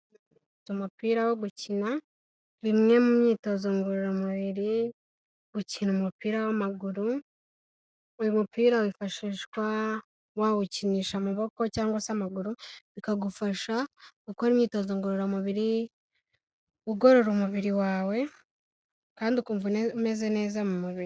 Umupira wo gukina, bimwe mu myitozo ngororamubiri, gukina umupira w'amaguru. Uyu mupira wifashishwa wawukinisha amaboko cyangwa se amaguru, bikagufasha gukora imyitozo ngororamubiri, ugorora umubiri wawe kandi ukumva umeze neza mu mubiri.